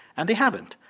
and they haven't.